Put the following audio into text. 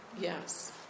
Yes